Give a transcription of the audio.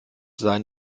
sein